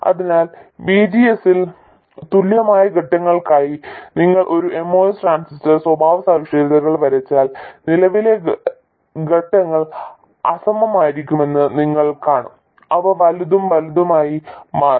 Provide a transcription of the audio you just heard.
അതിനാൽ VGS ൽ തുല്യമായ ഘട്ടങ്ങൾക്കായി നിങ്ങൾ ഒരു MOS ട്രാൻസിസ്റ്റർ സ്വഭാവസവിശേഷതകൾ വരച്ചാൽ നിലവിലെ ഘട്ടങ്ങൾ അസമമായിരിക്കുമെന്ന് നിങ്ങൾ കാണും അവ വലുതും വലുതുമായി മാറും